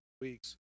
weeks